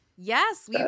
Yes